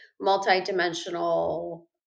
multi-dimensional